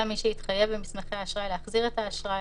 גם מי שהתחייב במסמכי האשראי להחזיר את האשראי,